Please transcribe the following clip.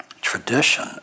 tradition